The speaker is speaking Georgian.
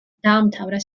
დაამთავრა